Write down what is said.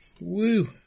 Woo